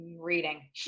Reading